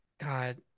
God